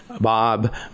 Bob